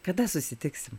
kada susitiksime